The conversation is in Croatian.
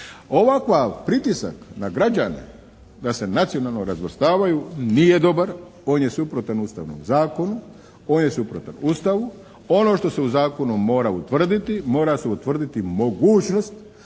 Ovakav pritisak na građane da se nacionalno razvrstavaju nije dobar. On je suprotan ustavnom zakonu, on je suprotan Ustavu. Ono što se u zakonu mora utvrditi, mora se utvrditi mogućnost